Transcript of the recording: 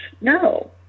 No